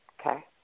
Okay